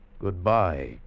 Goodbye